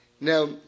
Now